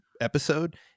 episode